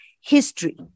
history